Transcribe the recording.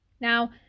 Now